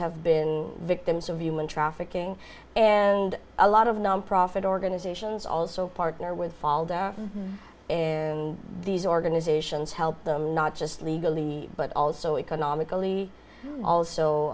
have been victims of human trafficking and a lot of nonprofit organizations also partner would fall down and these organizations help them not just legally but also economically